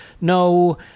No